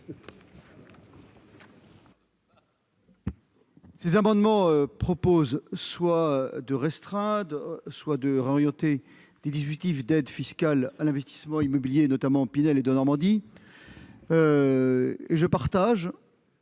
Ces amendements visent soit à restreindre, soit à réorienter les dispositifs d'aide fiscale à l'investissement immobilier, notamment les dispositifs Pinel et Denormandie. Je partage